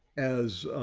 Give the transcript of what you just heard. as,